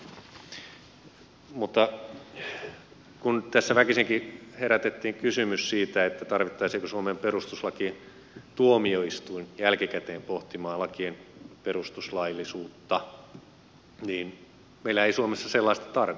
mutta kun tässä väkisinkin herätettiin kysymys siitä tarvittaisiinko suomeen perustuslakituomioistuin jälkikäteen pohtimaan lakien perustuslaillisuutta niin meillä ei suomessa sellaista tarvita